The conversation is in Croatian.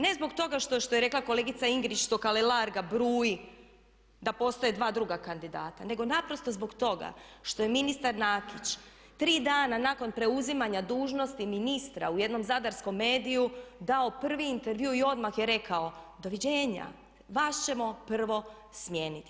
Ne zbog toga što je rekla kolegica Ingrid što Kalelarga bruji da postoje dva druga kandidata, nego naprosto zbog toga što je ministar Nakić tri dana nakon preuzimanja dužnosti ministra u jednom zadarskom mediju dao prvi intervju i odmah je rekao doviđenja, vas ćemo prvo smijeniti.